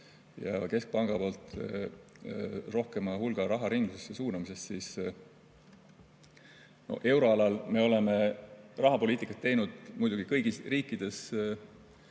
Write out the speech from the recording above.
ja keskpanga poolt rohkema hulga raha ringlusse suunamisest. Euroalal me oleme rahapoliitikat teinud muidugi kõigis riikides